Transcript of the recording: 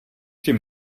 tím